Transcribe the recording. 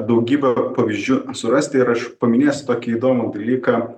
daugybę pavyzdžių surasti ir aš paminėsiu tokį įdomų dalyką